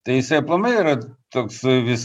tai jisai aplamai yra toks vis